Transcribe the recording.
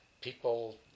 people